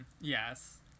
Yes